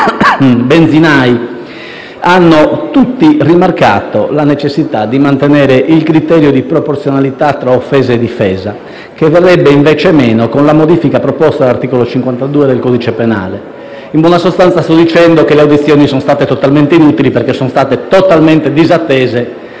i quali hanno tutti rimarcato la necessità di mantenere il criterio di proporzionalità tra offesa e difesa, che verrebbe invece meno con la modifica proposta dall'articolo 52 del codice penale. In buona sostanza, sto dicendo che le audizioni sono state inutili, perché le indicazioni emerse sono state totalmente disattese